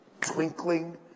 twinkling